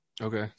Okay